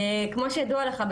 כמו שידוע לך,